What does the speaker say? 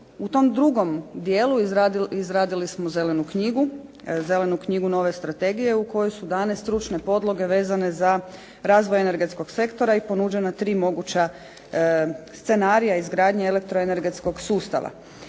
U tom drugom dijelu izradili smo Zelenu knjigu, Zelenu knjigu nove strategije u kojoj su dane stručne podloge za razvoj energetskog sektora i ponuđena tri moguća scenarija izgradnje elektroenergetskog sustava.